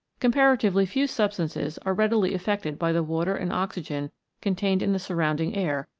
comparatively few substances are readily affected by the water and oxygen contained in the surrounding air,